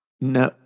No